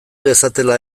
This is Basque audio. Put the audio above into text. dezatela